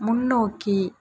முன்னோக்கி